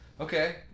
okay